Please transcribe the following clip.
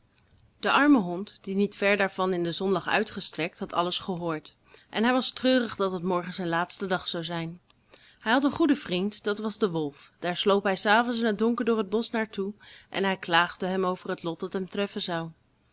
de arme hond die niet ver daar vandaan in de zon lag uitgestrekt had alles gehoord en hij was treurig dat het morgen zijn laatsten dag zou zijn hij had een goeden vriend dat was de wolf daar sloop hij s avonds in het donker door het bosch naar toe en hij klaagde hem over het lot dat hem treffen zou